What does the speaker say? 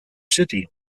city